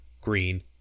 green